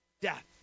death